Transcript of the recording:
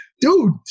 dude